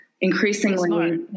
increasingly –